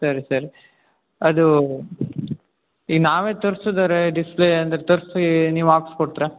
ಸರಿ ಸರಿ ಅದು ಈಗ ನಾವೇ ತರ್ಸುದಾದ್ರೆ ಡಿಸ್ಪ್ಲೇ ಅಂದರೆ ತರಿಸಿ ನೀವು ಹಾಕ್ಸ್ ಕೊಡ್ತ್ರ್ಯಾ